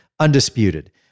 Undisputed